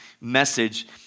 message